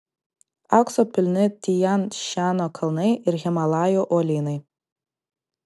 aukso pilni tian šanio kalnai ir himalajų uolynai